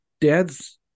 dad's